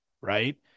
Right